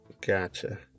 Gotcha